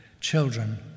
children